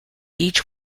each